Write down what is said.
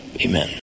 amen